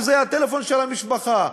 שזה הטלפון של המשפחה.